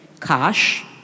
cash